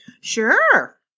Sure